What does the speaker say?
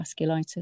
vasculitis